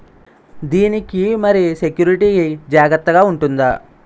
దీని కి మరి సెక్యూరిటీ జాగ్రత్తగా ఉంటుందా?